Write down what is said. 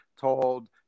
told